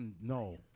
No